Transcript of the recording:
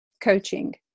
coaching